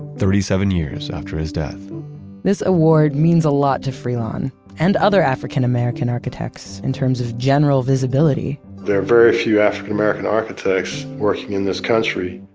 thirty seven years after his death this award means a lot to freelon and other african-american architects in terms of general visibility there are very few african-american architects working in this country,